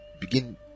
begin